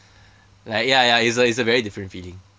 like ya ya it's a it's a very different feeling